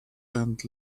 and